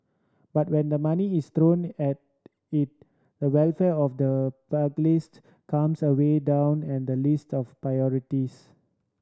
but when the money is thrown at it the welfare of the pugilist comes a way down and the list of priorities